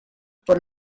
por